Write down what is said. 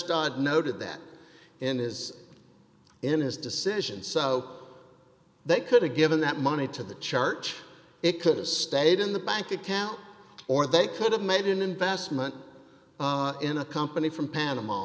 dodd noted that in his in his decision so they could have given that money to the church it could have stayed in the bank account or they could have made an investment in a company from panama